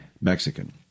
Mexican